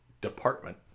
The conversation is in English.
department